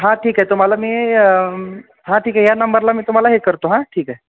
हां ठीक आहे तुम्हाला मी हां ठीक आहे ह्या नंबरला मी तुम्हाला हे करतो हां ठीक आहे